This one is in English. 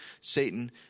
Satan